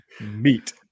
Meat